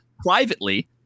privately